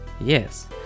Yes